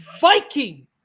Viking